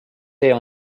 see